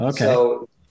Okay